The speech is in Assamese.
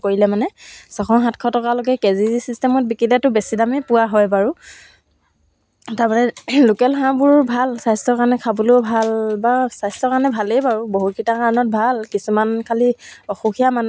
তাৰপিছত মোৰ বহুত ভাল লাগিছিলে আও মইনো ইমান ধুনীয়া চুৱেটাৰটো গুঠিব পাৰিলোঁ তাৰপিছত মোৰ লাহে লাহে কামটোৰ প্ৰতি আগ্ৰহ মানে নিজে যেতিয়া কামটো কৰি পিন্ধি চুৱেটাৰটো পিন্ধিছোঁ নতুন নিজেই মানে কিমান সুখী হ'ব পাৰিছোঁ